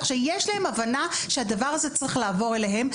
כך שיש להם הבנה שהדבר הזה צריך לעבור אליהם.